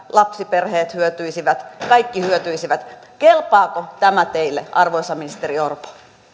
lapsiperheet hyötyisivät kaikki hyötyisivät niin kelpaako tämä teille arvoisa ministeri orpo